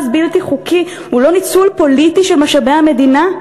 בלתי חוקי הוא לא ניצול פוליטי של משאבי המדינה?